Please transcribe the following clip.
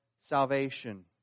salvation